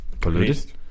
polluted